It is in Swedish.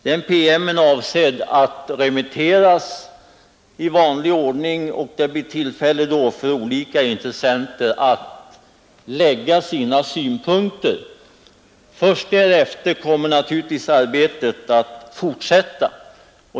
Den är sedan avsedd att remitteras i vanlig ordning, och det blir då tillfälle för olika intressenter att framlägga sina synpunkter. Först därefter kommer naturligtvis arbetet att fortsätta.